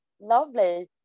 Lovely